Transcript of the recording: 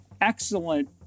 excellent